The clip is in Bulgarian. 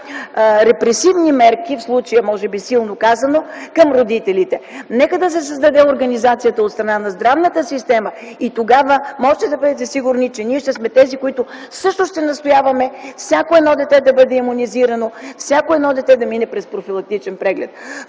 репресивни мерки, в случая може би силно казано, към родителите. Нека да се създаде организацията от страна на здравната система и тогава можете да бъдете сигурни, че ние ще сме тези, които също ще настояваме всяко едно дете да бъде имунизирано и да мине през профилактичен преглед.